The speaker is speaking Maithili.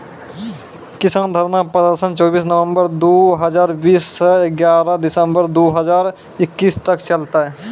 किसान धरना प्रदर्शन चौबीस नवंबर दु हजार बीस स ग्यारह दिसंबर दू हजार इक्कीस तक चललै